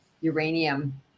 uranium